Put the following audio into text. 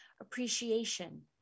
appreciation